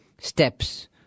steps